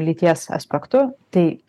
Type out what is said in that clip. lyties aspektu tai